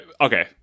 okay